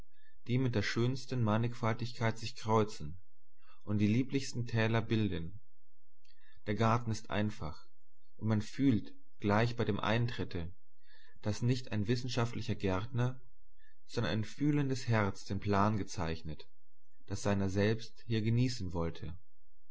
die mit der schönsten mannigfaltigkeit sich kreuzen und die lieblichsten täler bilden der garten ist einfach und man fühlt gleich bei dem eintritte daß nicht ein wissenschaftlicher gärtner sondern ein fühlendes herz den plan gezeichnet das seiner selbst hier genießen wollte